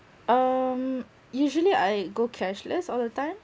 um usually I go cashless all the time